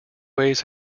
ways